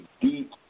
deep